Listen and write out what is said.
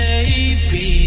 Baby